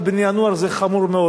אצל בני-הנוער זה חמור מאוד,